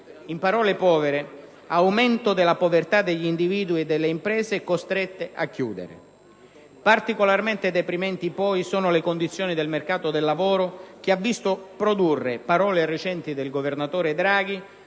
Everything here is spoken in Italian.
In parole povere, aumento della povertà degli individui e delle imprese, costrette a chiudere. Particolarmente deprimenti sono poi le condizioni del mercato del lavoro, che ha visto produrre, parole recenti del governatore Draghi,